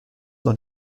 dans